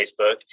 Facebook